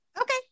Okay